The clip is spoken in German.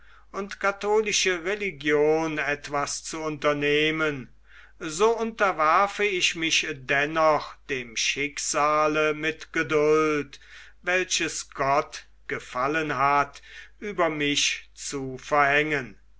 und katholische religion etwas zu unternehmen so unterwerfe ich mich dennoch dem schicksale mit geduld welches gott gefallen hat über mich zu verhängen